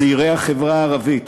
צעירי החברה הערבית,